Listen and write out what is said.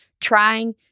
trying